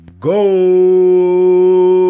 go